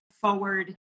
forward